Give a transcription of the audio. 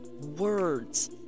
words